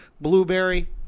blueberry